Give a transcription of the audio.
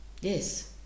yes